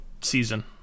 season